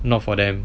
not for them